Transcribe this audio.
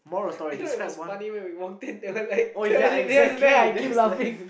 you know it was funny when we walked in they were like the then I keep laughing